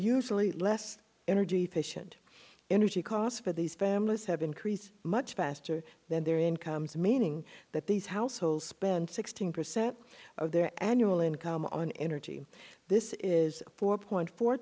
usually less energy efficient energy costs for these families have increased much faster than their incomes meaning that these households spend sixteen percent of their annual income on energy this is four point four